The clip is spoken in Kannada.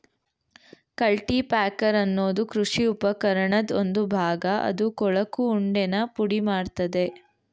ಕಲ್ಟಿಪ್ಯಾಕರ್ ಅನ್ನೋದು ಕೃಷಿ ಉಪಕರಣದ್ ಒಂದು ಭಾಗ ಅದು ಕೊಳಕು ಉಂಡೆನ ಪುಡಿಮಾಡ್ತದೆ